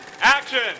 Action